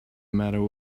matter